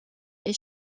est